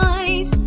eyes